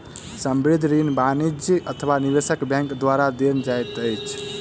संबंद्ध ऋण वाणिज्य अथवा निवेशक बैंक द्वारा देल जाइत अछि